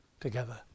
together